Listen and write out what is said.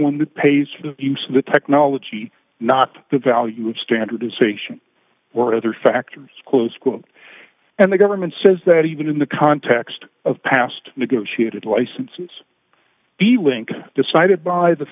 that pays for the use of the technology not the value of standardization or other factors close and the government says that even in the context of past negotiated licenses the link decided by the